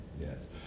Yes